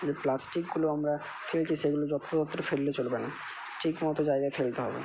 যে প্লাস্টিকগুলো আমরা ফেলছি সেগুলো যত্রতত্র ফেললে চলবে না ঠিকমতো জায়গায় ফেলতে হবে